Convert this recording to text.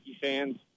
fans